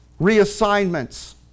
reassignments